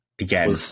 Again